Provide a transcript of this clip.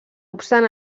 obstant